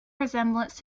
resemblance